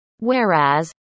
Whereas